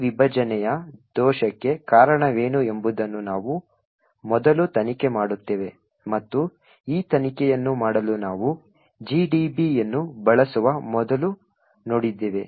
ಈ ವಿಭಜನೆಯ ದೋಷಕ್ಕೆ ಕಾರಣವೇನು ಎಂಬುದನ್ನು ನಾವು ಮೊದಲು ತನಿಖೆ ಮಾಡುತ್ತೇವೆ ಮತ್ತು ಈ ತನಿಖೆಯನ್ನು ಮಾಡಲು ನಾವು GDB ಯನ್ನು ಬಳಸುವ ಮೊದಲು ನೋಡಿದ್ದೇವೆ